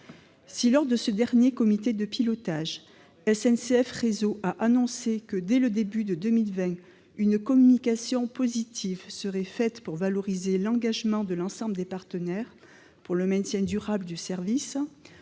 Lors de ce dernier comité de pilotage, SNCF Réseau a annoncé qu'une communication positive serait faite début 2020 pour valoriser l'engagement de l'ensemble des partenaires pour le maintien durable du service.